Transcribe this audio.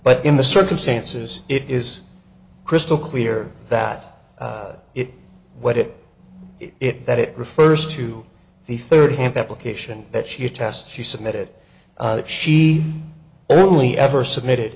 but in the circumstances it is crystal clear that it what it it that it refers to the thirty amp application that she attest she submitted that she only ever submitted